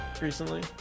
recently